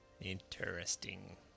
Interesting